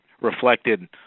reflected